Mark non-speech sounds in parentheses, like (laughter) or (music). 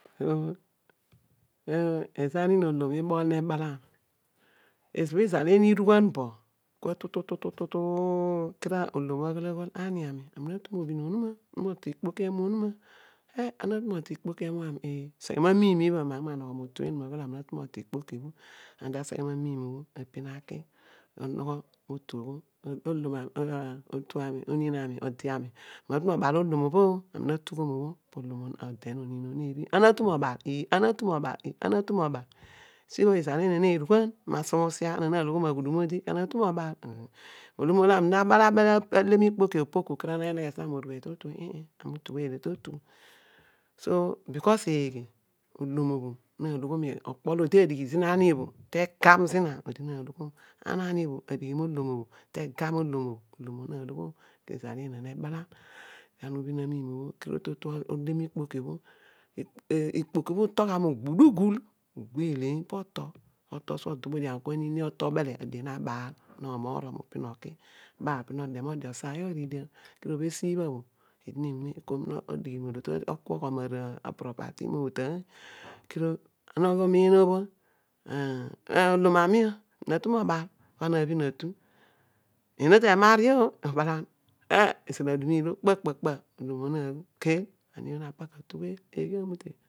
So (hesitation) ezo ani molom ibol ne balan ezo bho izal eena erugho bo bho kor tutu tutu tuoo kedio odi aghol aghol an ani ami na mobhio onuma eh ana na tu to ikpoki emu ami ee seghe mamiim ibho bho aghe magha ma motu eena kedio odi ta seghe mamimiim bobho apin ake (unintelligible) olu ami omiin ami ode ami ami na tu mubual olom obho ami natuom mobho leedio na ubhin amiim obho kedio totu ode miikpoki bho ikpoki bho uto gha mogho udugul uto gha mo ogbo eleeny kedio to tol suo odubu dian nini adio nabaal pi nomorom opin oke adio nabaal pin node mode osaayogh aridian kedio isi bha bho eed nenwe nedigh molo to okuoghom a property ma otaany kedio ana ughi umin obho olom ana oh natu mobal pana nabhin atu eena temario obalan ah, izal adumu ilo kpa kpa kpa olom na ghol keel ani bho na park atu gheel eghe amute